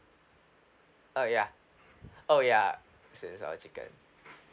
oh ya oh ya sweet and sour chicken